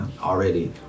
already